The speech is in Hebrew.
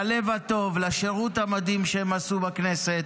ללב הטוב, לשירות המדהים שהם עשו בכנסת,